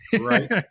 Right